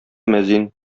мәзин